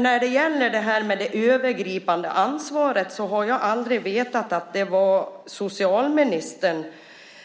När det gäller det övergripande ansvaret har jag aldrig vetat att det var socialministern